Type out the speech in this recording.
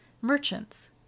merchants